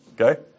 Okay